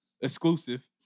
exclusive